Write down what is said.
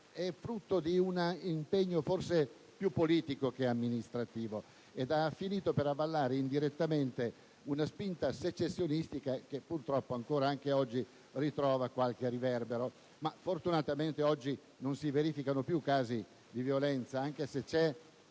è frutto di un impegno forse più politico che amministrativo ed ha finito per avallare indirettamente una spinta secessionistica che, purtroppo, ancora oggi trova qualche riverbero, anche se fortunatamente oggi non si verificano più casi di violenza, anche se c'è